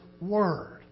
word